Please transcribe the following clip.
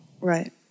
Right